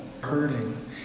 hurting